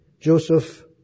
Joseph